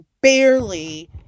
barely